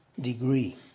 degree